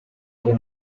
ore